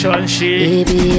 Baby